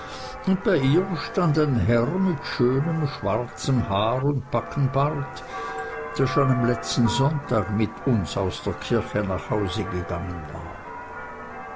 und bei ihr stand der herr mit schönem schwarzem haar und backenbart der schon am letzten sonntag mit uns aus der kirche nach hause gegangen war